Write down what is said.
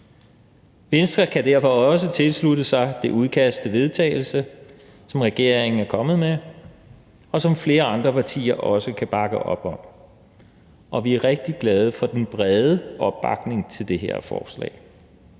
Venstre kan derfor også tilslutte sig det udkast til et forslag til vedtagelse, som regeringen er kommet med, og som flere andre partier også kan bakke op om, og vi er rigtig glade for den brede opbakning til det her forslag.